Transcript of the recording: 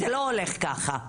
זה לא הולך ככה.